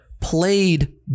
played